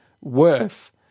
worth